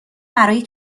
برای